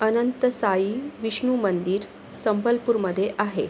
अनंतसाई विष्नू मंदिर संबलपूरमध्ये आहे